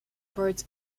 parts